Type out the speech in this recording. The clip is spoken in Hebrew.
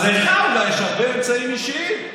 אז לך אולי יש הרבה אמצעים אישיים.